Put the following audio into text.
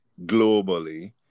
globally